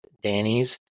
Danny's